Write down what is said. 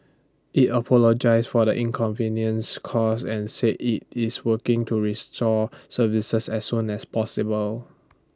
IT apologised for the inconvenience caused and said IT is working to restore services as soon as possible